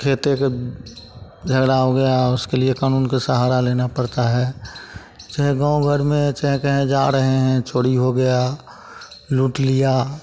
खेत का झगड़ा हो गया उसके लिए कानून का सहारा लेना पड़ता है चाहे गाँव घर में चाहें कहीं जा रहे हैं चोरी हो गया लूट लिया